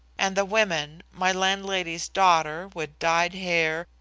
and the women my landlady's daughter, with dyed hair,